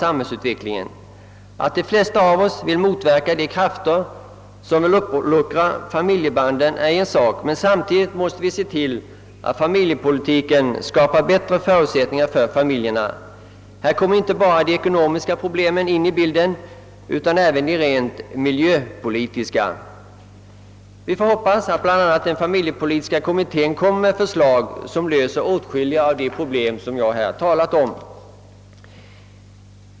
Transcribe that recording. Att de flesta av oss vill motverka de krafter som uppluckrar familjebandet är en sak, men samtidigt måste vi se till att familjepolitiken skapar bättre förutsättningar för familjerna. Härvidlag kommer inte bara de ekonomiska problemen in i bilden utan även de rent miljöpolitiska. Vi får hoppas att bl.a. familjepolitiska kommittén kommer att presentera förslag som löser åtskilliga av de problem som jag här har talat om.